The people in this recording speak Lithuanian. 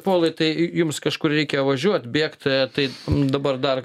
povilai tai jums kažkur reikia važiuot bėgt tai dabar dar